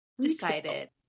decided